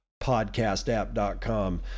podcastapp.com